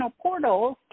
portals